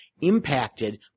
impacted